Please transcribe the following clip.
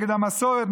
נגד המסורת,